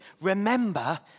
Remember